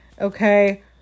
okay